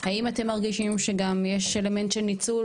האם אתם מרגישים שגם יש אלמנט של ניצול